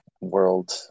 world